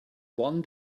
one